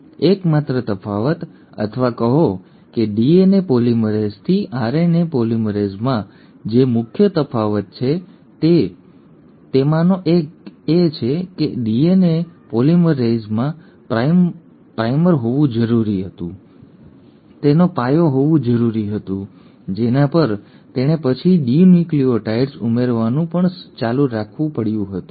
અને એકમાત્ર તફાવત અથવા કહો કે ડીએનએ પોલિમરેઝથી આરએનએ પોલિમરેઝમાં જે મુખ્ય તફાવત છે તેમાંનો એક એ છે કે ડીએનએ પોલિમરેઝમાં પ્રાઇમર હોવું જરૂરી હતું તેનો પાયો હોવો જરૂરી હતો જેના પર તેણે પછી ડીઓક્સિન્યુક્લિઓટાઇડ્સ ઉમેરવાનું ચાલુ રાખવું પડ્યું હતું